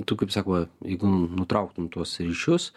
tu kaip sakoma jeigu nutrauktum tuos ryšius